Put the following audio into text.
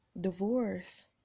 Divorce